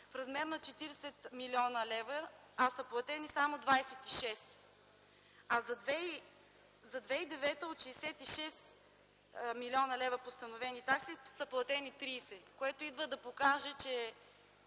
в размер на 40 млн. лв., а са платени само 26, а за 2009 г. от 66 млн. лв. постановени такси са платени 30, което идва да покаже, че